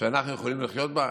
שאנחנו יכולים לחיות בה?